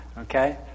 Okay